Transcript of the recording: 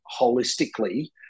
holistically